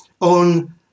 on